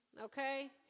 Okay